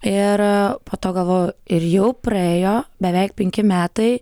ir po to galvoju ir jau praėjo beveik penki metai